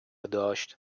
داشت